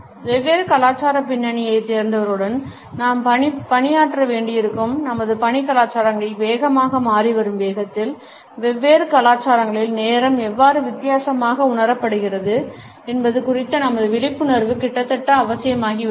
வெவ்வேறு கலாச்சார பின்னணியைச் சேர்ந்தவர்களுடன் நாம் பணியாற்ற வேண்டியிருக்கும் நமது பணி கலாச்சாரங்களின் வேகமாக மாறிவரும் வேகத்தில் வெவ்வேறு கலாச்சாரங்களில் நேரம் எவ்வாறு வித்தியாசமாக உணரப்படுகிறது என்பது குறித்த நமது விழிப்புணர்வு கிட்டத்தட்ட அவசியமாகிவிட்டது